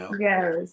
Yes